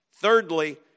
Thirdly